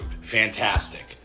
Fantastic